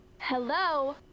Hello